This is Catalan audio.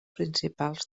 principals